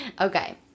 Okay